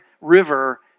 River